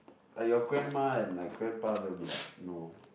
like your grandma and like grandpa they will be like no